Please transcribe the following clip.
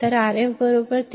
तर Rf 3